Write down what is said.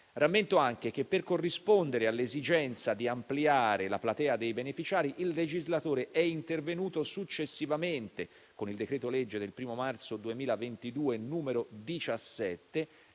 Rammento anche che, per corrispondere all'esigenza di ampliare la platea dei beneficiari, il legislatore è intervenuto successivamente con il decreto-legge del 1° marzo 2022, n. 17,